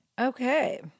Okay